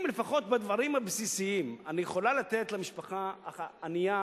אם לפחות בדברים הבסיסיים אני יכולה לתת למשפחה הענייה